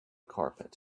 carpet